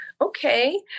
Okay